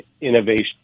innovation